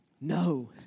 No